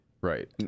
right